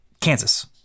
Kansas